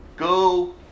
Go